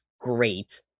great